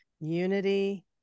unity